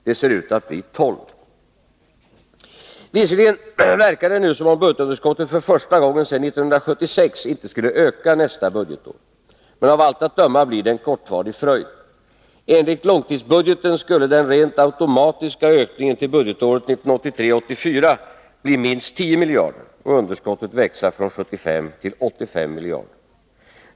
Det ser ut att bli 12 96. Visserligen verkar det nu som om budgetunderskottet för första gången sedan 1976 inte skulle öka nästa budgetår. Men av allt att döma blir det en kortvarig fröjd. Enligt långtidsbudgeten skulle den rent automatiska ökningen till budgetåret 1983/84 bli minst 10 miljarder och underskottet växa från 75 till 85 miljarder.